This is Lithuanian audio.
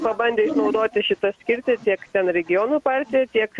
pabandė išnaudoti šitą skirtį tiek ten regionų partijų tiek